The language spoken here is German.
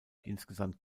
insgesamt